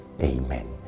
Amen